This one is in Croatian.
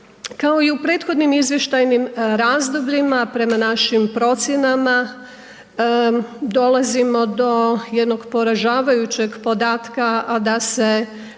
Kao i u prethodnim izvještajnim razdobljima, prema našim procjenama dolazimo do jednog poražavajućeg podatka, a da se